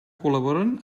col·laboren